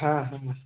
हाँ हाँ